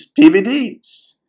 DVDs